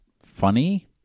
Funny